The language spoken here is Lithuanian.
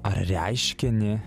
ar reiškinį